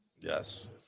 Yes